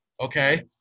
Okay